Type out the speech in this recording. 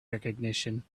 recognition